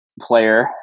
Player